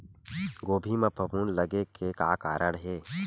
गोभी म फफूंद लगे के का कारण हे?